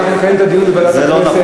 אנחנו נקיים את הדיון בוועדת הכנסת.